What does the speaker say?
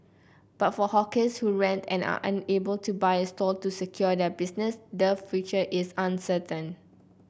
but for hawkers who rent and are unable to buy a stall to secure their business the future is uncertain